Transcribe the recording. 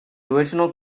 original